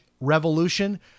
revolution